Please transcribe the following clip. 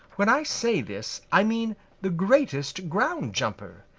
when i say this, i mean the greatest ground jumper.